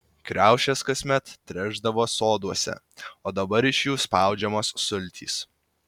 kriaušės kasmet trešdavo soduose o dabar iš jų spaudžiamos sultys